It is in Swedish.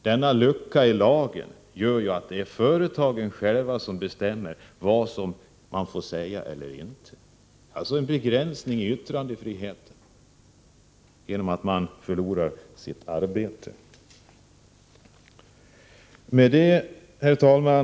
Denna lucka i lagen gör ju att det är företagen själva som bestämmer vad man får säga eller inte. Detta innebär alltså en begränsning när det gäller yttrandefriheten, eftersom den anställde riskerar att förlora sitt arbete om han fäller ett olämpligt yttrande. Herr talman!